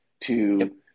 to-